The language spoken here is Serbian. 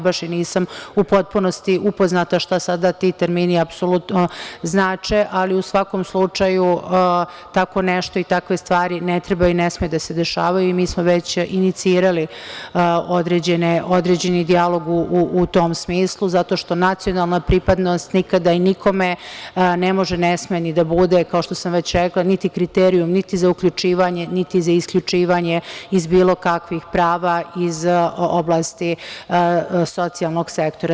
Baš i nisam u potpunosti upoznata šta sada ti termini apsolutno znače, ali u svakom slučaju tako nešto i takve stvari ne treba i ne smeju da se dešavaju i mi smo već inicirali određeni dijalog u tom smislu zato što nacionalna pripadnost nikada i nikome ne može, ne sme ni da bude, kao što sam već rekla, niti kriterijum, niti za uključivanje, niti za isključivanje iz bilo kakvih prava iz oblasti socijalnog sektora.